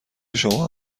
شما